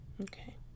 Okay